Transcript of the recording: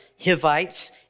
Hivites